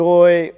Joy